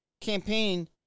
campaign